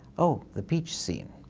oh! the peach scene!